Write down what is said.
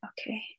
okay